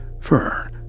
fur